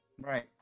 Right